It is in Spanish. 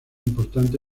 importante